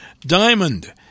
Diamond